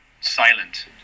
silent